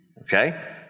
Okay